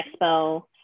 expo